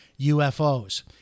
UFOs